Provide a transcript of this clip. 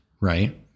right